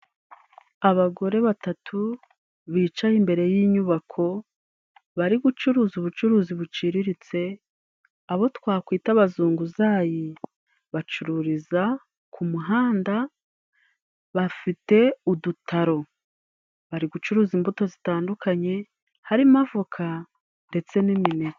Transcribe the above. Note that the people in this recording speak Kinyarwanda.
Abagore batatu bicaye imbere y'inyubako, bari gucuruza ubucuruzi buciriritse abo twakwita abazunguzayi bacururiza ku muhanda, bafite udutaro bari gucuruza imbuto zitandukanye harimo avoka ndetse n'imineke.